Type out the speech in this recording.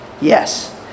Yes